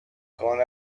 going